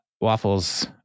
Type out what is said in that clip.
waffles